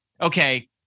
okay